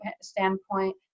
standpoint